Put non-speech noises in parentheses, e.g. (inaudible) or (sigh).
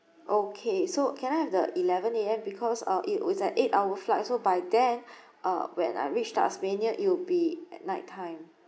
okay so can I have the eleven A_M because ah it always like eight hour flight so by then (breath) uh when I reach tasmania it'll be at nighttime